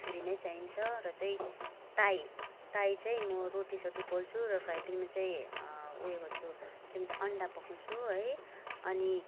छुरी नै चाहिन्छ र चाहिँ ताई ताई चाहिँ म रोटीसोटी पोल्छु र फ्राई प्यानमा चाहिँ उयो गर्छु के भन्छ अन्डा पकाउँछु है अनि